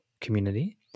community